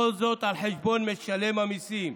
כל זאת על חשבון משלם המיסים: